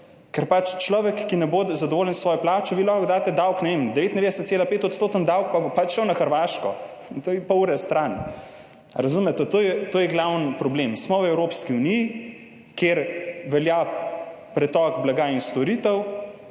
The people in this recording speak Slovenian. Ker pač človek, ki ne bo zadovoljen s svojo plačo, vi lahko daste davek, ne vem, 99,5 % davek, pa bo pač šel na Hrvaško, to je pol ure stran. Razumete? To je glavni problem. Smo v Evropski uniji, kjer velja pretok blaga in storitev.